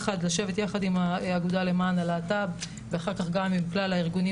צריך לשבת יחד עם האגודה למען הלהט"ב ואחר כך גם עם כלל הארגונים